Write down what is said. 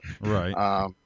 right